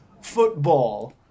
football